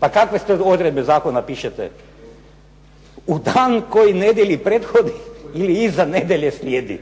Pa kakve su to odredbe zakona pišete? U dan koji nedjelji prethodi ili za nedjelje slijedi.